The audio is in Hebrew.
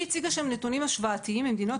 היא הציגה שם נתונים השוואתיים ממדינות